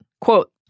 Quote